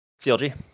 CLG